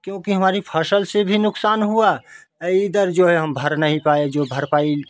क्योंकि हमारी फसल से भी नुकसान हुआ इधर जो है हम भर नहीं पाए जो भरपाई